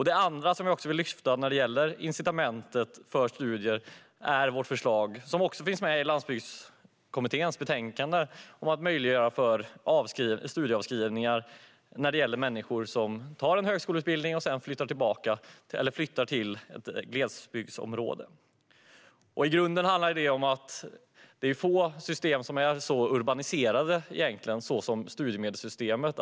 Det andra som jag vill lyfta fram när det gäller incitament för studier är vårt förslag som också finns med i Landsbygdskommitténs betänkande om att möjliggöra studieskuldavskrivning för människor som läser på en högskoleutbildning och som sedan flyttar till ett glesbygdsområde. I grunden handlar det om att det är få system som är så urbaniserade som studiemedelssystemet.